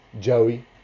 Joey